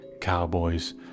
cowboys